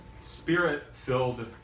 spirit-filled